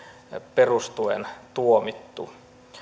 perustuen tuomittu